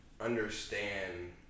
understand